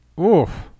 Oof